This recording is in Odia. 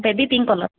baby pink colour